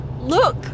look